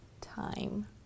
time